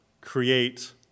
create